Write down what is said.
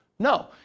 No